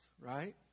right